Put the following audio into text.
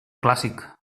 clàssic